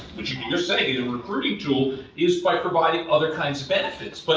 which you can just say, he's a recruiting tool is by providing other kinds of benefits. but